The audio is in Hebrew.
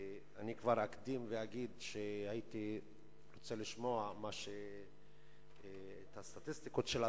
אני כבר אקדים ואגיד שהייתי רוצה לשמוע את הסטטיסטיקות של השר,